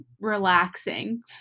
relaxing